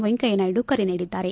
ವೆಂಕಯ್ದನಾಯ್ತು ಕರೆ ನೀಡಿದ್ದಾರೆ